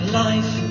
life